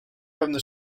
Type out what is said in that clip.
pewne